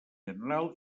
general